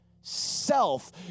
Self